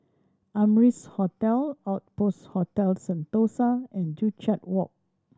Amrise Hotel Outpost Hotel Sentosa and Joo Chiat Walk